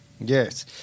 Yes